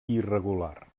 irregular